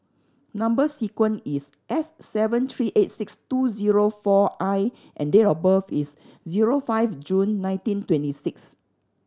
number sequence is S seven three eight six two zero four I and date of birth is zero five June nineteen twenty six